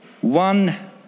one